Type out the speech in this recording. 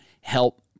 help